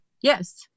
yes